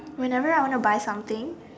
when ever I want to buy some thing